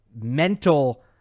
mental